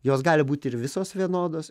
jos gali būt ir visos vienodos